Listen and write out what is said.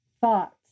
Thoughts